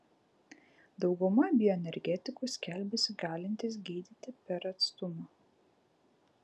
dauguma bioenergetikų skelbiasi galintys gydyti per atstumą